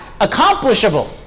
accomplishable